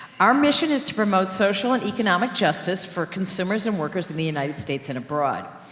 our mission is to promote social and economic justice for consumers and workers in the united states and abroad.